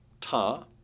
tar